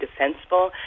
defensible